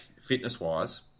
fitness-wise